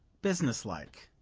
business-like,